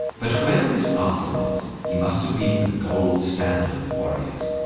but whoever this arthur was, he must've been the gold standard of warriors.